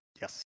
Yes